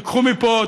קחו מפה,